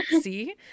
see